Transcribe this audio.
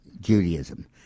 Judaism